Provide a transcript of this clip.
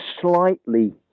slightly